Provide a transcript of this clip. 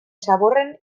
zaborren